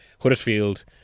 Huddersfield